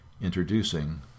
introducing